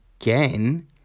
again